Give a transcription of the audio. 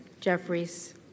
Jeffries